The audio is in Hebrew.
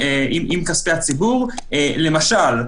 למשל,